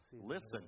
Listen